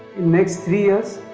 next three years,